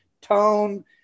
tone